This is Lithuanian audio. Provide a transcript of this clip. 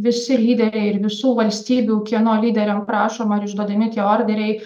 visi lyderiai ir visų valstybių kieno lyderiam prašoma ar išduodami tie orderiai